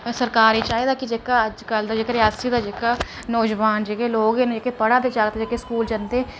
सरकार गी चाहिदा की अज्जकल दा जेह्का रियासी दा नोजोआन जेह्के लोग न जेह्के पढ़ा दे जागत् जेह्ड़े स्कूल जंदे